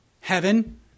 heaven